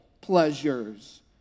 pleasures